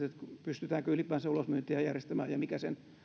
pystytäänkö ylipäänsä ulosmyyntiä järjestämään ja mikä sen